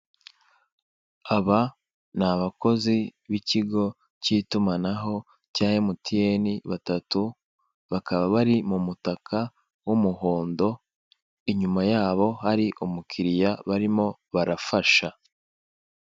Aba ni abakozi b'ikigo cy'itumanaho cya emutiyeni batatu, bakaba bari mu mutaka w'umuhondo, inyuma yabo hari umukiriya barimo barafasha.